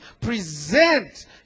present